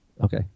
okay